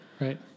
Right